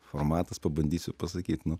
formatas pabandysiu pasakyt nu